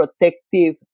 protective